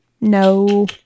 No